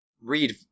read